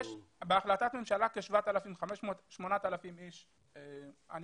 בהחלטת הממשלה יש כ-8,000 אנשים ואני